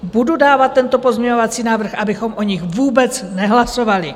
Budu dávat tento pozměňovací návrh, abychom o nich vůbec nehlasovali.